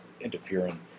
interfering